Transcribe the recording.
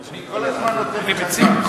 אני כל הזמן נותן לך גב.